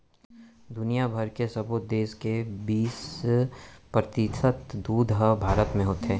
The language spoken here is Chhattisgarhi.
दुनिया भर के सबो देस के बीस परतिसत दूद ह भारत म होथे